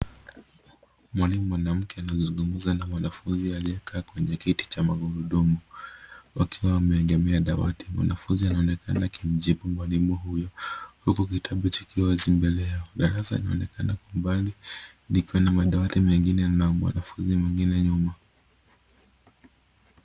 Mwalimu mwanamke anazungumza na mwanafunzi aliyekaa kwenye kiti cha magurudumu, wakiwa wameegemea dawati. Mwanafunzi anaonekana akimjibu mwalimu huyo, huku kitabu kikiwa wazi mbele yao. Darasa linaonekana kwa umbali, likiwa na madawati mengine na mwanafunzi mwingine nyuma.